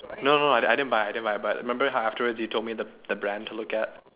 no no no I didn't buy I didn't buy but remember how afterwards you told me the the brand to look at